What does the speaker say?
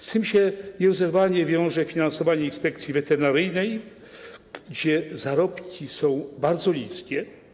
Z tym nierozerwalnie wiąże się finansowanie inspekcji weterynaryjnej, gdzie zarobki są bardzo niskie.